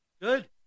Good